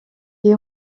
qui